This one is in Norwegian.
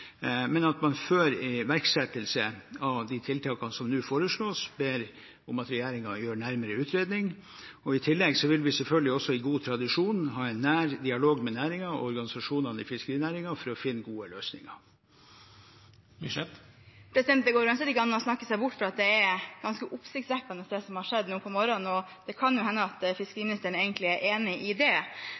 man før iverksettelse av tiltakene som nå foreslås, ber om at regjeringen gjør en nærmere utredning. I tillegg vil vi selvfølgelig i god tradisjon ha en nær dialog med næringen og organisasjonene i fiskerinæringen for å finne gode løsninger. Det går ikke an å snakke seg bort fra at det er ganske oppsiktsvekkende, det som har skjedd nå på morgenen, og det kan jo hende at fiskeriministeren egentlig er enig i det.